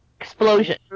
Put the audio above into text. Explosion